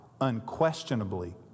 unquestionably